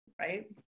right